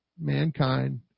mankind